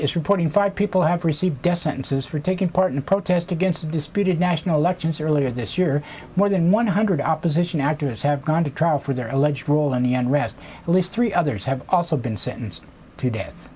is reporting five people have received death sentences for taking part in a protest against a disputed national elections earlier this year more than one hundred opposition activists have gone to trial for their alleged role in the end rest at least three others have also been sentenced to death